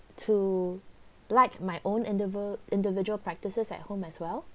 to like my own interval individual practices at home as well